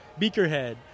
Beakerhead